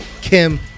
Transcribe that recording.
Kim